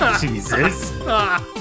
Jesus